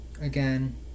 again